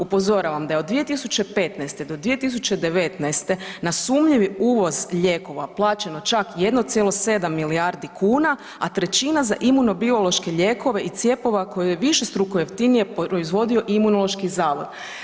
Upozoravam da je od 2015. do 2019. na sumnjivi uvoz lijekova plaćeno čak 1,7 milijardi kuna, a trećina za imunobiološke lijekove i cjepiva koje je višestruko jeftinije proizvodio Imunološki zavod.